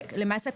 למעשה,